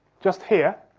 just here,